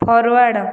forward